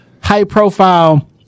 high-profile